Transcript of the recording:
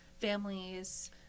families